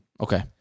okay